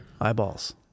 eyeballs